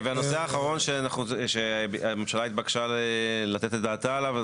הנושא האחרון שהממשלה התבקשה לתת את דעתה עליו זה